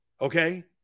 Okay